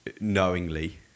knowingly